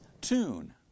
tune